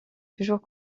toujours